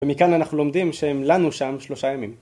ומכאן אנחנו לומדים שהם לנו שם שלושה ימים.